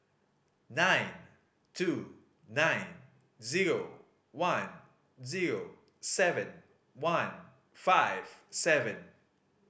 nine two nine zero one zero seven one five seven